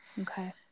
Okay